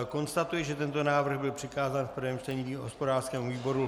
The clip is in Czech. Konstatuji, že tento návrh byl přikázán v prvním čtení hospodářskému výboru.